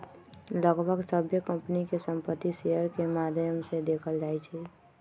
लगभग सभ्भे कम्पनी के संपत्ति शेयर के माद्धम से देखल जाई छई